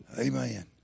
Amen